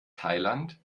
thailand